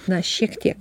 na šiek tiek